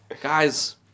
Guys